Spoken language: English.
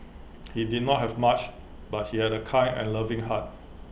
he did not have much but he had A kind and loving heart